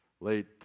late